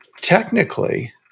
Technically